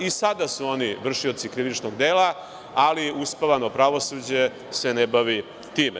I sada su oni vršioci krivičnog dela, ali uspavano pravosuđe se na bavi time.